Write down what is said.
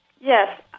Yes